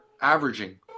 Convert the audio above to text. averaging